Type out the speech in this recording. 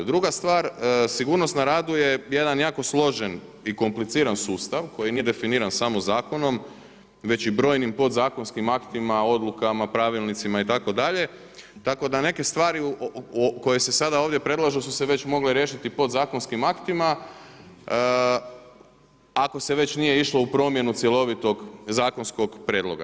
Druga stvar, sigurnost na radu je jedan jako složen i kompliciran sustav koji nije definiran samo zakonom već i brojnim podzakonskim aktima, odlukama, pravilnicima itd., tako da neke stvari koje se sada ovdje predlažu su se već mogle riješiti podzakonskim aktima, ako se već nije išlo u promjenu cjelovitog zakonskog prijedloga.